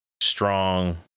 strong